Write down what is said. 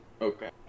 Okay